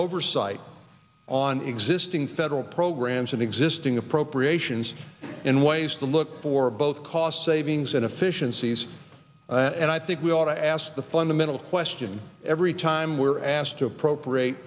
oversight on existing federal programs and existing appropriations and ways to look for both cost savings and efficiencies and i think we ought to ask the fundamental question every time we're asked to appropriate